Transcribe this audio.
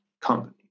company